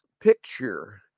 picture